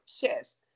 chest